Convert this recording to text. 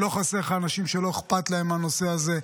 לא חסר לך אנשים שלא אכפת להם מהנושא הזה.